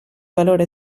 valore